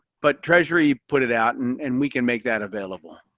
but treasury put it out. and and we can make that available.